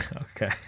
okay